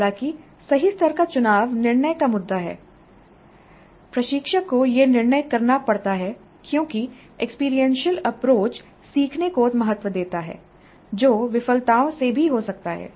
हालांकि सही स्तर का चुनाव निर्णय का मुद्दा है प्रशिक्षक को यह निर्णय करना पड़ता है क्योंकि एक्सपीरियंशियल अप्रोच सीखने को महत्व देता है जो विफलताओं से भी हो सकता है